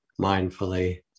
mindfully